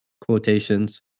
quotations